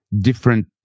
different